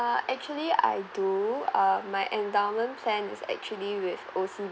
uh actually I do uh my endowment plan is actually with O_C_B_C